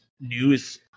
news